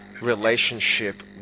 relationship